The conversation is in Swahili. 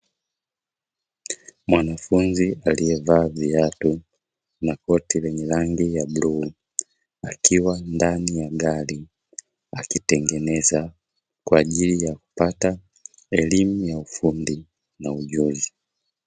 Mwanafunzi aliyevaa viatu na koti lenye rangi ya bluu, akiwa ndani ya gari akitengeneza kwa ajili ya kupata elimu ya ufundi na ujuzi.